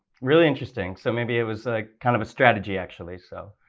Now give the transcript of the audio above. really interesting. so maybe it was a kind of a strategy, actually. so